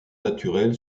naturelle